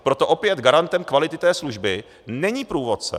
Proto opět garantem kvality té služby není průvodce.